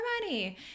money